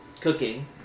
cooking